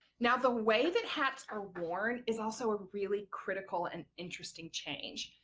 now the way that hats are worn is also a really critical and interesting change.